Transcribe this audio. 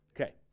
Okay